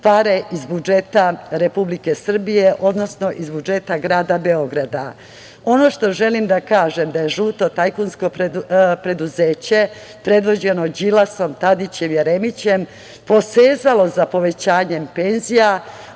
pare iz budžeta Republike Srbije, odnosno iz budžeta grada Beograda. Ono što želim da kažem je da je žuto tajkunsko preduzeće, predvođeno Đilasom, Tadićem, Jeremićem, posezalo za povećanjem penzija,